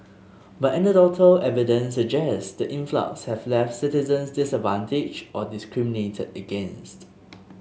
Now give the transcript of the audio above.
but anecdotal evidence suggests the influx have left citizens disadvantaged or discriminated against